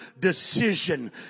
decision